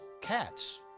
cats